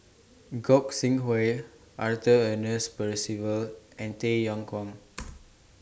Gog Sing Arthur Ernest Percival and Tay Yong Kwang